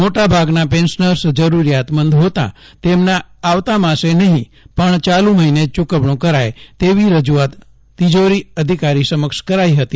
મોટા ભાગના પેન્શનર્સ જરૂરિયાતમંદ હોતાં તેમને આવતા માસે નહિ પણ ચાલુ મહિને જ યૂકવણું કરાય તેવી રજૂઆત તિજોરી અધિકારી સમક્ષ કરાઇ હતી